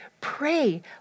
pray